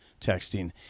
texting